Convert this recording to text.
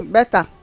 Better